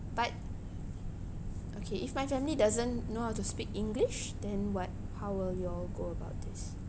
but okay if my family doesn't know how to speak english then what how will y'all go about this